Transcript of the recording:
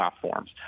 platforms